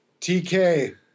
TK